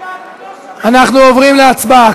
אנחנו עוברים להצבעה.